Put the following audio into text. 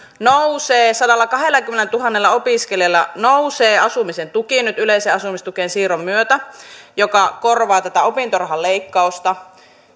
nousee sadallakahdellakymmenellätuhannella opiskelijalla nousee asumisen tuki nyt yleiseen asumistukeen siirron myötä joka korvaa tätä opintorahan leikkausta